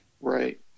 Right